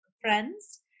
friends